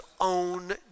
own